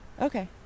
Okay